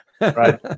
Right